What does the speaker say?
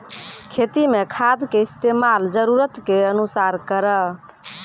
खेती मे खाद के इस्तेमाल जरूरत के अनुसार करऽ